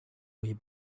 way